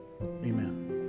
amen